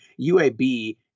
UAB